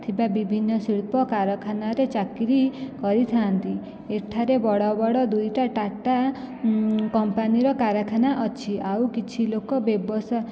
ଥିବା ବିଭିନ୍ନ ଶିଳ୍ପ କାରଖାନାରେ ଚାକିରି କରିଥାନ୍ତି ଏଠାରେ ବଡ଼ ବଡ଼ ଦୁଇଟା ଟାଟା କମ୍ପାନିର କାରାଖାନା ଅଛି ଆଉ କିଛି ଲୋକ ବ୍ୟବସାୟ